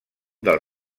del